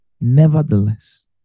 nevertheless